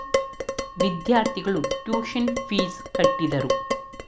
ವಿದ್ಯಾರ್ಥಿಗಳು tuition fees ಕಟ್ಟಿದರು